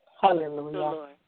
Hallelujah